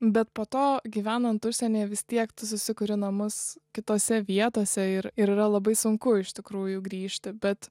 bet po to gyvenant užsienyje vis tiek tu susikuri namus kitose vietose ir ir yra labai sunku iš tikrųjų grįžti bet